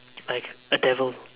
like a devil